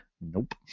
nope